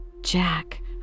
Jack